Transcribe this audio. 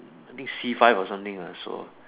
I think C five or something and so on